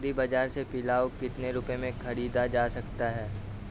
Agree बाजार से पिलाऊ कितनी रुपये में ख़रीदा जा सकता है?